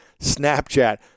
Snapchat